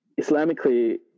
Islamically